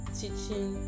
teaching